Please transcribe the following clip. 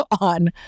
on